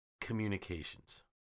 communications